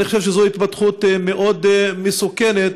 אני חושב שזו התפתחות מאוד מסוכנת,